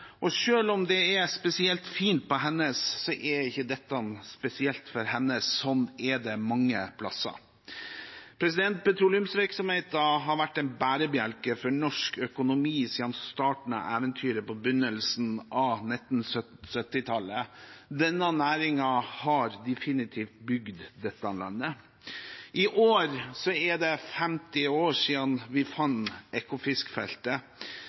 Og selv om det er spesielt fint på Hennes, er ikke dette spesielt for Hennes – slik er det mange plasser. Petroleumsvirksomheten har vært en bærebjelke for norsk økonomi siden starten av eventyret på begynnelsen av 1970-tallet. Denne næringen har definitivt bygd dette landet. I år er det 50 år siden vi